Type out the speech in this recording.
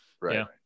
Right